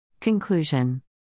Conclusion